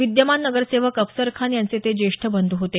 विद्यमान नगरसरवक अफसर खान यांचे ते ज्येष्ठ बंध् होते